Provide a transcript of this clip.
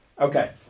Okay